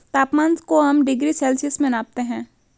तापमान को हम डिग्री सेल्सियस में मापते है